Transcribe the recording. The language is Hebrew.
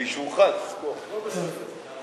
הנושא לוועדת הפנים והגנת הסביבה נתקבלה.